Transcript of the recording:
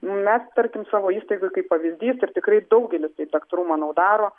nu mes tarkim savo įstaigoj kaip pavyzdys ir tikrai daugelis taip daktarų manau daro